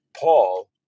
Paul